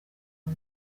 aho